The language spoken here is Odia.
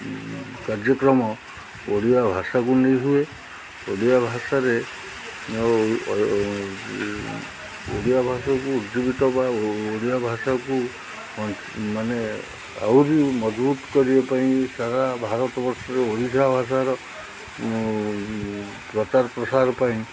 କାର୍ଯ୍ୟକ୍ରମ ଓଡ଼ିଆ ଭାଷାକୁ ନେଇ ହୁଏ ଓଡ଼ିଆ ଭାଷାରେ ଓଡ଼ିଆ ଭାଷାକୁ ଉଜ୍ଜିବୀତ ବା ଓଡ଼ିଆ ଭାଷାକୁ ମାନେ ଆହୁରି ମଜବୁତ କରିବା ପାଇଁ ସାରା ଭାରତବର୍ଷରେ ଓଡ଼ିଆ ଭାଷାର ପ୍ରଚାର ପ୍ରସାର ପାଇଁ